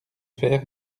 fer